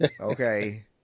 Okay